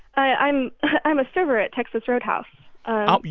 i'm i'm a server at texas roadhouse oh,